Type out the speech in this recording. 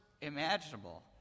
imaginable